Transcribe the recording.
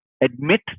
admit